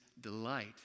delight